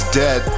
dead